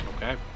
Okay